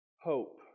hope